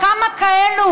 כמה כאלה